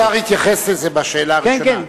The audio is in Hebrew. השר התייחס לזה בשאלה ראשונה.